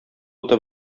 уты